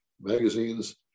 magazines